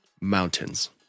Mountains